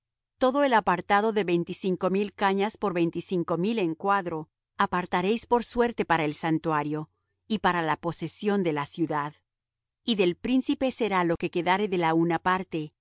todo el apartado de veinticinco mil cañas por veinticinco mil en cuadro apartaréis por suerte para el santuario y para la posesión de la ciudad y del príncipe será lo que quedare de la una parte